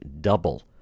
double